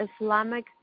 Islamic